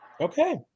Okay